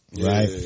Right